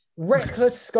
reckless